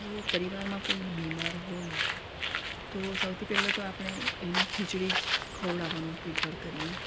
જો પરિવારમાં કોઈ બીમાર હોય તો સૌથી પહેલા તો આપણે એને ખીચડી જ ખવડાવવાનું પ્રિફર કરીએ